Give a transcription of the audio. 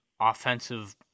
offensive